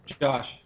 Josh